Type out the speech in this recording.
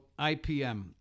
ipm